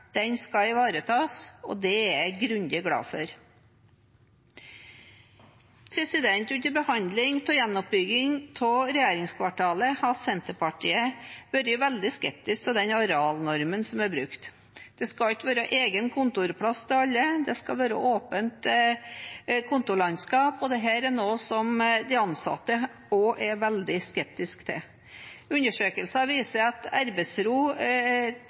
Den skal ivaretas, og det er jeg grundig glad for. I behandlingen av gjenoppbyggingen av regjeringskvartalet har Senterpartiet vært veldig skeptisk til den arealnormen som er brukt. Det skal ikke være egen kontorplass til alle, det skal være åpent kontorlandskap, og dette er noe som de ansatte er veldig skeptiske til. Undersøkelser viser at arbeidsro